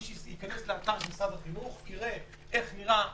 מי שייכנס לאתר משרד החינוך, יראה איך נראית מסכה,